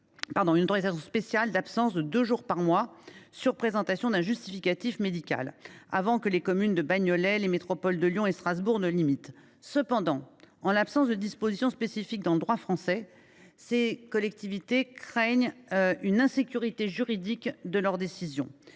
une autorisation spéciale d’absence de deux jours par mois sur présentation d’un justificatif médical, avant que la commune de Bagnolet et les métropoles de Lyon et Strasbourg ne l’imitent. Cependant, en l’absence de dispositions spécifiques dans le droit français, ces collectivités ont des craintes pour la sécurité juridique de leur dispositif.